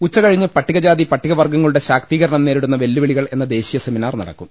ഉച്ചകഴിഞ്ഞ് പട്ടികജാതി പട്ടിക വർഗ്ഗങ്ങളുടെ ശാക്തീകരണം നേരിടുന്ന വെല്ലുവിളികൾ എന്ന ദേശീയ സെമിനാർ നടക്കും